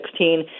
2016